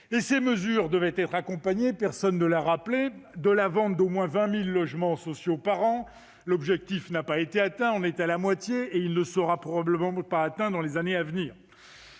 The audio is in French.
ces mesures devaient être accompagnées, ce que personne n'a rappelé, de la vente d'au moins 20 000 logements sociaux par an. L'objectif n'a pas été atteint- on en est à la moitié -et il ne le sera probablement pas dans les années à venir.